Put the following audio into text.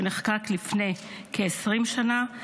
שנחקק לפני כ-20 שנה,